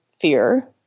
fear